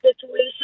situation